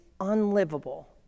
unlivable